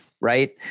Right